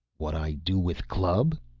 what i do with club?